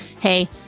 hey